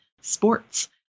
sports